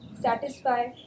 satisfy